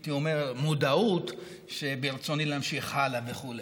הייתי אומר, מודעות שברצוני להמשיך הלאה וכו',